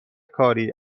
کاری